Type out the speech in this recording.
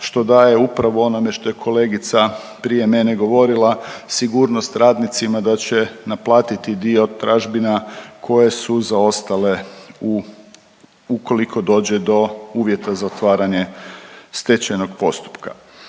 što daje upravo onome što je kolegica prije mene govorila, sigurnost radnicima da će naplatiti dio tražbina koje su zaostale u ukoliko dođe do uvjeta za otvaranje stečajnog postupka.